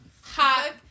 Hot